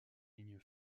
ligne